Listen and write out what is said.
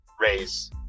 raise